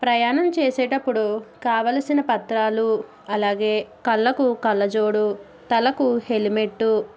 ప్రయాణం చేసేటప్పుడు కావలసిన పత్రాలు అలాగే కళ్ళకు కళ్ళజోడు తలకు హెల్మెట్టు